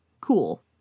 Cool